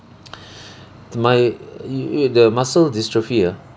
my you you the muscle dystrophy ah